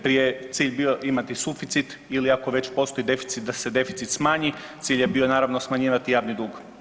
Prije je cilj bio imati suficit ili ako već postoji deficit da se deficit smanji, cilj je bio naravno smanjivati javni dug.